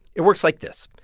it works like this.